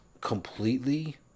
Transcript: completely